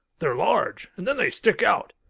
they're large, and then they stick out.